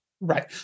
Right